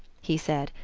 he said,